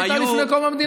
לפני,